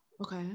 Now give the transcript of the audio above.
okay